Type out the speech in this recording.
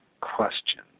questions